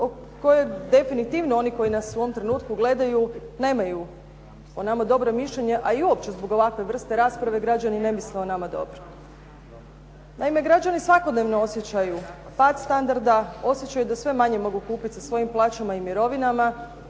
kojoj definitivno oni koji nas u ovom trenutku gledaju nemaju o nama dobro mišljenje, a i uopće zbog ovakve vrste rasprave, građani ne misle o nama dobro. Naime, građani svakodnevno osjećaju pad standarda, osjećaju da sve manje mogu kupiti sa svojim plaćama i mirovinama.